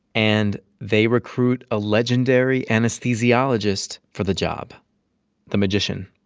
and they recruit a legendary anesthesiologist for the job the magician,